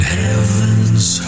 heaven's